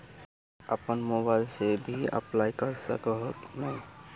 अपन मोबाईल से भी अप्लाई कर सके है नय?